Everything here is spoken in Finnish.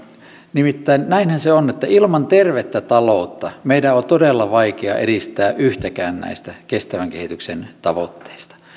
nimittäin näinhän se on että ilman tervettä taloutta meidän on todella vaikea edistää yhtäkään näistä kestävän kehityksen tavoitteista